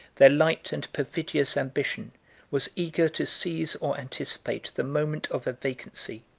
their light and perfidious ambition was eager to seize or anticipate the moment of a vacancy,